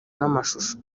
n’amashusho